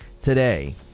today